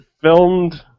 filmed